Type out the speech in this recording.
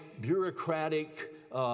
bureaucratic